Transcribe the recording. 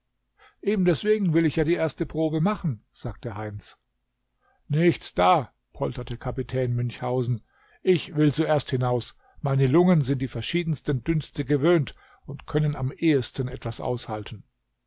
eben deswegen will ich ja die erste probe machen sagte heinz nichts da polterte kapitän münchhausen ich will zuerst hinaus meine lungen sind die verschiedensten dünste gewöhnt und können am ehesten etwas aushalten